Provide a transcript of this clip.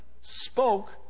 spoke